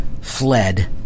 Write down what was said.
fled